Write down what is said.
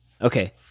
Okay